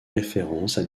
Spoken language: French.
références